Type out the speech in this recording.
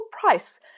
price